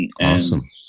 Awesome